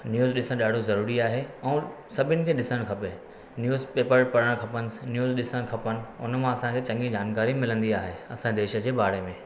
news ॾिसणु ॾाढो ज़रूरी आहे ऐं सभिनी खे ॾिसणु खपे न्यूज़ पेपर्स पढ़णु खपेनि न्यूज़ ॾिसणु खपेनि हुन मां असांखे चङी जानकारी मिलंदी आहे असांजे देश जे बारे में